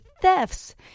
thefts